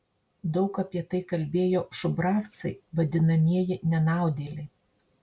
daug apie tai kalbėjo šubravcai vadinamieji nenaudėliai